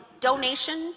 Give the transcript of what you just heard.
donation